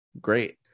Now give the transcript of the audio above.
great